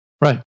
Right